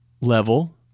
level